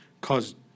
caused